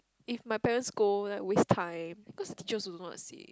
if my parents scold like waste time cause teacher also won't see